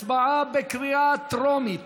הצבעה בקריאה טרומית.